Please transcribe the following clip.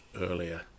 earlier